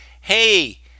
hey